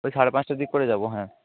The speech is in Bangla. ওই সাড়ে পাঁচটার দিক করে যাবো হ্যাঁ